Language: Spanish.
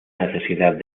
necesidad